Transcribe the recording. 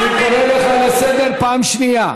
אני קורא אותך לסדר פעם שנייה.